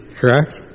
correct